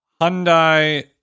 Hyundai